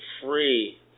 free